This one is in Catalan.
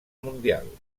mundial